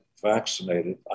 vaccinated